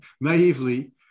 naively